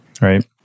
right